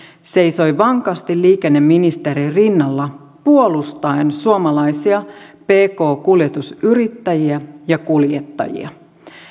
seisoi vankasti liikenneministerin rinnalla puolustaen suomalaisia pk kuljetusyrittäjiä ja kuljettajia